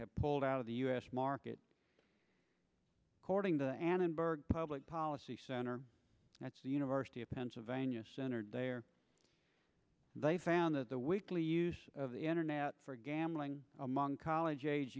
have pulled out of the u s market according to the annenberg public policy center that's the university of pennsylvania center there they found that the weekly use of the internet for gambling among college